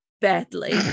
badly